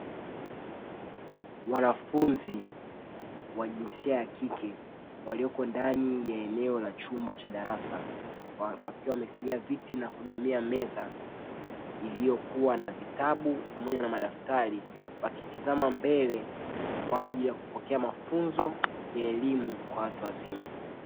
Wanafunzi wa jinsia ya kike walioko ndani ya eneo la chumba cha darasa, wakiwa wamekalia viti na kuegemea meza iliyokuwa na vitabu pamoja na madaftari wakitizama mbele, kwa ajili ya kupokea mafunzo ya elimu kwa watu wazima.